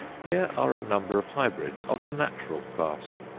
here are a number of hybrids of the natural class,